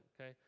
okay